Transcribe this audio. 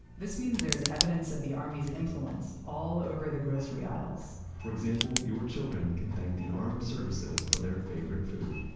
this means there's evidence of the army's influence all over the grocery aisles for example, your children can thank the armed services for their favorite food,